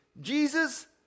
Jesus